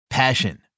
Passion